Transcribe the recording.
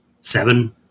seven